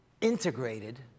integrated